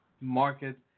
market